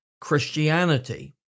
Christianity